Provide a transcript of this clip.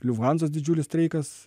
liufhanzos didžiulis streikas